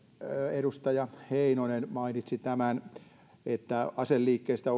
edustaja heinonen mainitsi tämän että aseliikkeestä